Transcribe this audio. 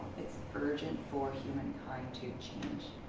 it's urgent for humankind to change.